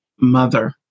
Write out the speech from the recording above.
mother